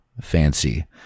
fancy